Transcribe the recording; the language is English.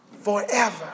forever